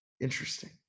Interesting